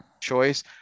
choice